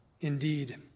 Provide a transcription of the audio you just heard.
Indeed